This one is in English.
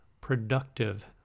productive